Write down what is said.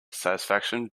satisfaction